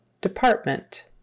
DEPARTMENT